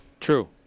True